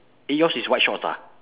eh yours is white shorts ah